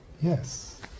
yes